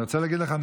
אני רוצה להגיד לך,